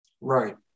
Right